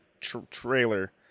Trailer